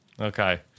Okay